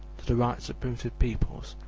to the rites of primitive peoples.